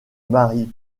mari